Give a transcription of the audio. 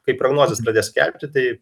kai prognozes pradės skelbti tai